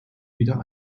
wieder